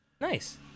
Nice